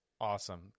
Awesome